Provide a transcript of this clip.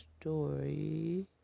story